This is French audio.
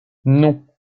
non